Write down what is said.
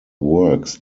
works